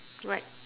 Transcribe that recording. what